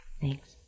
Thanks